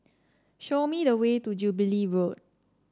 show me the way to Jubilee Road